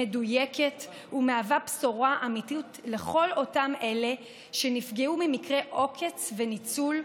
מדויקת ומהווה בשורה אמיתית לכל אלה שנפגעו ממקרי עוקץ וניצול,